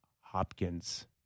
Hopkins